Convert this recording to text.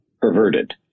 perverted